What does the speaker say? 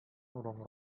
урынга